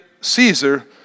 Caesar